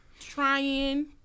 trying